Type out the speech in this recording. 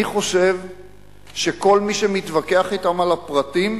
אני חושב שכל מי שמתווכח אתם על הפרטים,